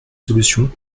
solution